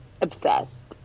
obsessed